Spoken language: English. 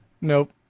Nope